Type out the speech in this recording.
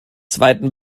zweiten